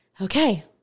okay